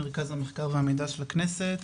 מרכז המחקר והמידע של הכנסת.